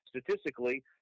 statistically